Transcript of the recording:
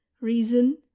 reason